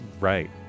Right